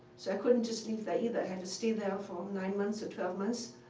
so i couldn't just leave that either. i had to stay there for nine months or twelve months,